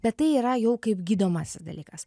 bet tai yra jau kaip gydomasis dalykas